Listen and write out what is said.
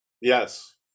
Yes